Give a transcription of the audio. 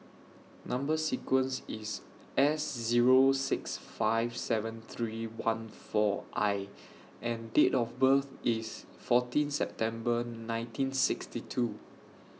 Number sequence IS S Zero six five seven three one four I and Date of birth IS fourteen September nineteen sixty two